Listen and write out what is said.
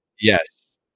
yes